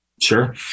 Sure